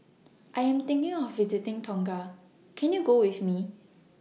I Am thinking of visiting Tonga Can YOU Go with Me